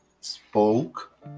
spoke